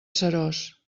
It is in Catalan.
seròs